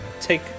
Take